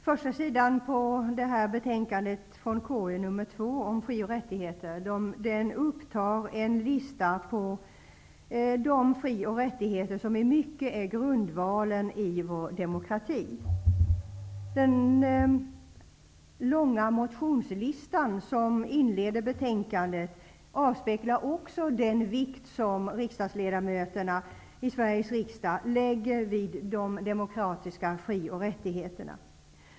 Herr talman! Första sidan i betänkandet från KU om fri och rättigheter upptar en lista på de fri och rättigheter som i mycket är grundvalen i vår demokrati. Den långa motionslista som inleder betänkandet avspeglar också den vikt som ledamöterna i Sveriges riksdag lägger vid de demokratiska fri och rättigheterna.